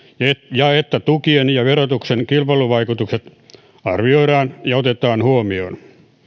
ja että tukien ja verotuksen kilpailuvaikutukset arvioidaan ja otetaan huomioon